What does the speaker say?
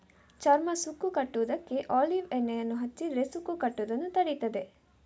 ಚರ್ಮ ಸುಕ್ಕು ಕಟ್ಟುದಕ್ಕೆ ಒಲೀವ್ ಎಣ್ಣೆಯನ್ನ ಹಚ್ಚಿದ್ರೆ ಸುಕ್ಕು ಕಟ್ಟುದನ್ನ ತಡೀತದೆ